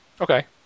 Okay